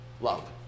love